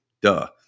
Duh